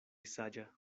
saĝa